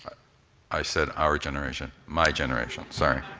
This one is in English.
i said our generation, my generation, sorry.